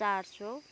चार सौ